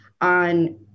on